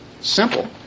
Simple